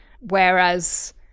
Whereas